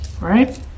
right